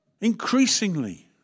increasingly